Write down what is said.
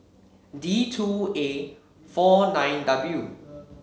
D two A four nine W